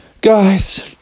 Guys